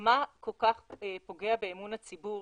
מה כל כך פוגע באמון הציבור?